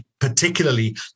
particularly